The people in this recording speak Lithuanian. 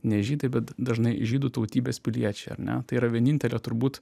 ne žydai bet dažnai žydų tautybės piliečiai ar ne tai yra vienintelė turbūt